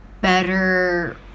better